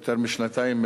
יותר משנתיים,